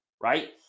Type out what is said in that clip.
right